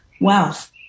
wealth